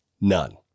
None